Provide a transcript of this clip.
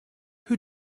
who